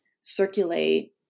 circulate